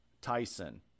Tyson